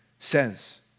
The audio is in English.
says